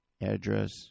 address